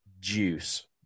juice